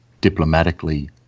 diplomatically